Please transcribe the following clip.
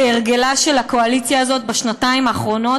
כהרגלה של הקואליציה הזאת בשנתיים האחרונות,